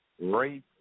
rape